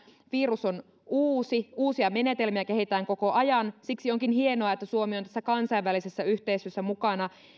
virus on uusi uusia menetelmiä kehitetään koko ajan siksi onkin hienoa että suomi on tässä kansainvälisessä yhteistyössä mukana